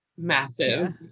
Massive